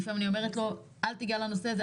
לפעמים אני אומרת לו: אל תיגע בנושא הזה,